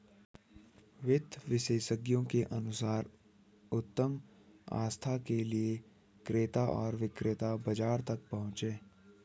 वित्त विशेषज्ञों के अनुसार उत्तम आस्था के लिए क्रेता और विक्रेता बाजार तक पहुंचे